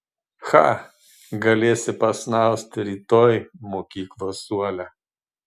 cha galėsi pasnausti rytoj mokyklos suole